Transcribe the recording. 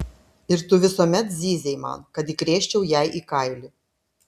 ir tu visuomet zyzei man kad įkrėsčiau jai į kailį